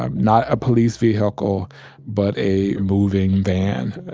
um not a police vehicle but a moving van,